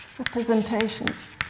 representations